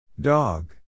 Dog